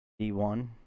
D1